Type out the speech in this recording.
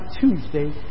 Tuesday